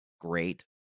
great